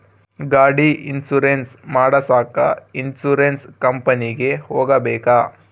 ಗಾಡಿ ಇನ್ಸುರೆನ್ಸ್ ಮಾಡಸಾಕ ಇನ್ಸುರೆನ್ಸ್ ಕಂಪನಿಗೆ ಹೋಗಬೇಕಾ?